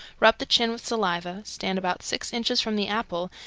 rub the chin with saliva, stand about six inches from the apple,